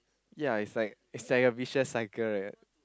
ya it's like it's like a vicious cycle right